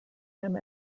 him